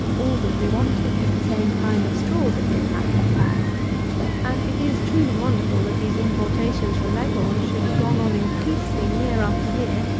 all that we wanted was the same kind of straw that the italians had and it is truly wonderful that these importations from leghorn should have gone on increasing year after year,